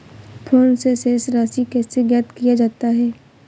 Phone से शेष राशि कैसे ज्ञात किया जाता है?